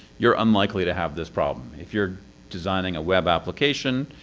you're unlikely to have this problem. if you're designing a web application,